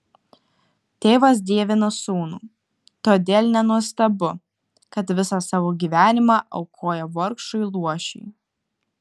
tėvas dievina sūnų todėl nenuostabu kad visą savo gyvenimą aukoja vargšui luošiui